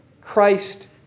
Christ